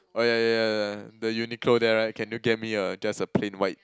oh yeah yeah yeah yeah the Uniqlo there right can you get me a just a plain white